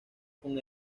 con